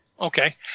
okay